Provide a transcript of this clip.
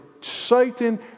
Satan